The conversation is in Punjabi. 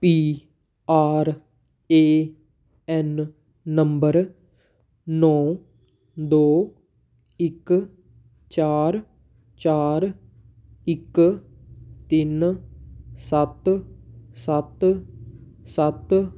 P R A N number ਨੌ ਦੋ ਇੱਕ ਚਾਰ ਚਾਰ ਇੱਕ ਤਿੰਨ ਸੱਤ ਸੱਤ ਸੱਤ